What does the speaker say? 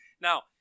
Now